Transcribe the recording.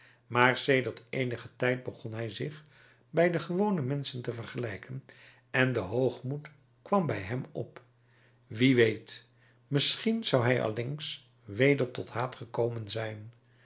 maar sedert eenigen tijd begon hij zich bij de gewone menschen te vergelijken en de hoogmoed kwam bij hem op wie weet misschien zou hij allengs weder tot haat gekomen zijn